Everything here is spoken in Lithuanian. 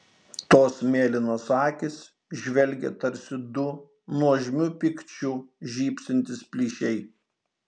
tos mėlynos akys žvelgė tarsi du nuožmiu pykčiu žybsintys plyšiai